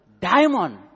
diamond